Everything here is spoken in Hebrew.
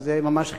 שזה ממש חידוש.